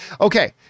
Okay